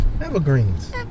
Evergreens